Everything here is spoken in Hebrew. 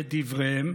לדבריהם,